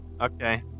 Okay